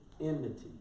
enmity